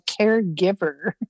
caregiver